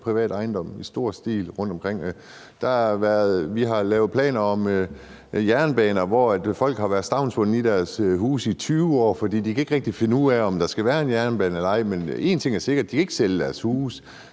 privat ejendom i stor stil rundtomkring. Vi har lavet planer om jernbaner, hvor folk har været stavnsbundne i deres huse i 20 år, for man kan ikke rigtig finde ud af, om der skal være en jernbane eller ej, men en ting er sikkert, og det er, at de ikke kan sælge deres huse,